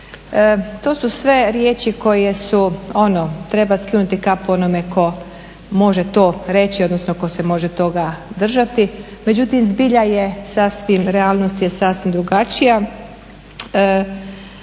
To su sve riječi koje su ono treba skinuti kapu onome tko može to reći, odnosno tko se može toga držati. Međutim, zbilja je realnost sasvim drugačija.